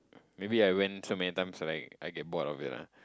maybe I went so many times ah like I get bored of it ah